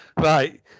Right